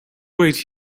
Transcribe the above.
wait